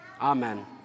Amen